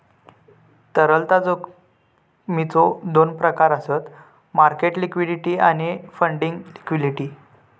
तरलता जोखमीचो दोन प्रकार आसत मार्केट लिक्विडिटी आणि फंडिंग लिक्विडिटी